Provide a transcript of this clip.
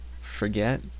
forget